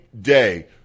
day –